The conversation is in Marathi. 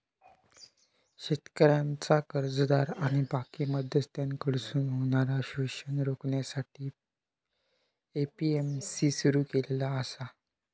शेतकऱ्यांचा कर्जदार आणि बाकी मध्यस्थांकडसून होणारा शोषण रोखण्यासाठी ए.पी.एम.सी सुरू केलेला आसा